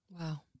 Wow